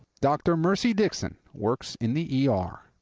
dr. mercy dixon works in the e r.